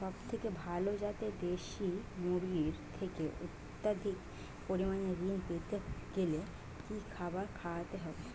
সবথেকে ভালো যাতে দেশি মুরগির থেকে অত্যাধিক পরিমাণে ঋণ পেতে গেলে কি খাবার খাওয়াতে হবে?